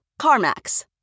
CarMax